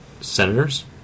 Senators